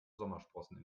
sommersprossen